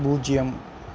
பூஜ்ஜியம்